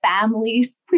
families